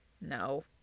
no